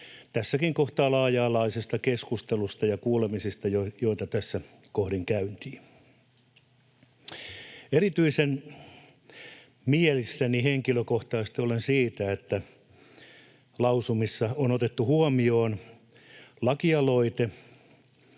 tässäkin kohtaa laaja-alaisesta keskustelusta ja kuulemisista, joita tässä kohdin käytiin. Erityisen mielissäni henkilökohtaisesti olen siitä, että lausumissa on otettu huomioon lakialoite,